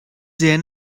sehr